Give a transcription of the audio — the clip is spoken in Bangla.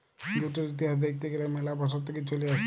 জুটের ইতিহাস দ্যাখতে গ্যালে ম্যালা বসর থেক্যে চলে আসছে